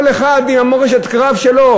כל אחד עם מורשת הקרב שלו.